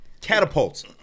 catapult